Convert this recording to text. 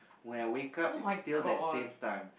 when I wake up it's still that same time